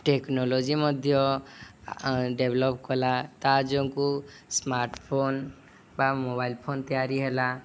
technology ମଧ୍ୟ develop କଲା ତା' ସ୍ମାର୍ଟ ଫୋନ ବା ମୋବାଇଲ ଫୋନ ତିଆରି ହେଲା